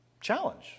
challenge